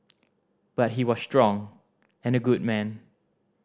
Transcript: but he was strong and a good man